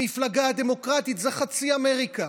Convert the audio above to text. המפלגה הדמוקרטית זה חצי אמריקה.